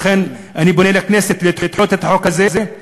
ולכן אני פונה לכנסת לדחות את החוק הזה,